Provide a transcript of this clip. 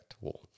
wall